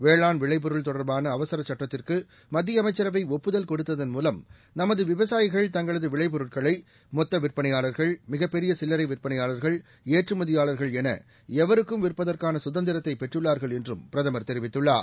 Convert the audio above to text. வேளாண் விளைப்பொருள் தொடர்பான அவசரச் சுட்டத்திற்கு மத்திய அமைச்சரவை ஒப்புதல் கொடுத்ததன் மூலம் நமது விவசாயிகள் தங்களது விளைப் பொருட்களை மொத்த விற்பனையாளர்கள் மிகப்பெரிய சில்லறை விற்பனையாளர்கள் ஏற்றுமதியாளர்கள் என எவருக்கும் விற்பதற்கான சுதந்திரத்தை பெற்றுள்ளா்கள் என்றும் பிரதமர் தெரிவித்துள்ளார்